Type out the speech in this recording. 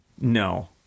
No